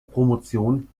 promotion